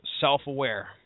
self-aware